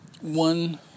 One